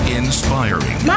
inspiring